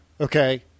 okay